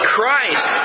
Christ